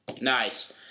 Nice